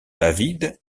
david